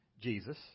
Jesus